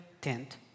tent